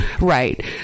Right